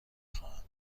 خواهم